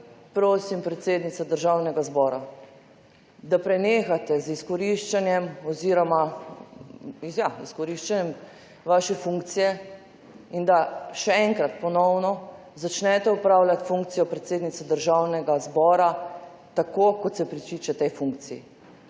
prosim, predsednica Državnega zbora, da prenehate z izkoriščanjem vaše funkcije, in da še enkrat, ponovno, začnete opravljati funkcijo predsednice Državnega zbora, kot pritiče tej funkciji.